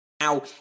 Now